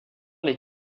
les